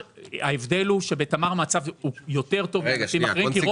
ההבדל הוא שבתמר המצב טוב יותר מאשר בענפים אחרים.